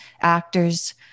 actors